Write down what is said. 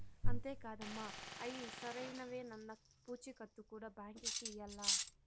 అంతే కాదమ్మ, అయ్యి సరైనవేనన్న పూచీకత్తు కూడా బాంకీకి ఇయ్యాల్ల